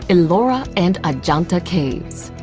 ellora and ajanta caves.